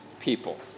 people